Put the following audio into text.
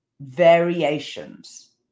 variations